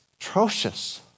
atrocious